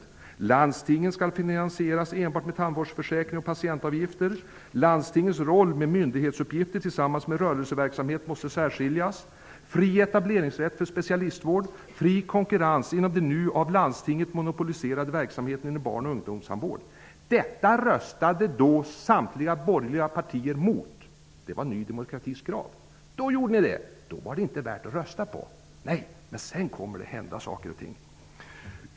Vi vill också att landstingen skall finansieras enbart med tandvårdsförsäkring och patientavgifter och att landstingens roll med myndighetsuppgifter tillsammans med rörelseverksamhet måste särskiljas. Dessutom kräver vi fri etableringsrätt för specialistvård och fri konkurrens inom den nu av landstinget monopoliserade verksamheten inom barn och ungdomstandvård. Det här var alltså Ny demokratis krav, och dem röstade samtliga borgerliga partier emot. Då gjorde de det. Då var dessa förslag inte värda att rösta på. Senare kom det dock att hända saker och ting.